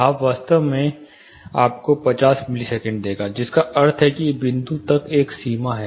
यह वास्तव में आपको 50 मिलीसेकंड देगा जिसका अर्थ है कि इस बिंदु तक एक सीमा है